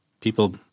people